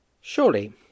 surely